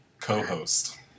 co-host